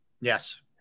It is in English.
Yes